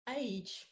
Age